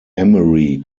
emery